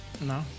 No